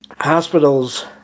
hospitals